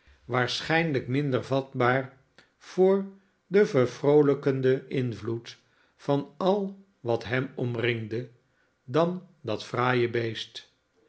waarschijnlijk minder vatbaar voor den vervroolijkenden invloed van al wat hem omringde dan dat fraaie beest